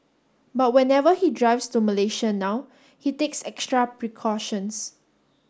but whenever he drives to Malaysia now he takes extra precautions